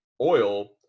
Oil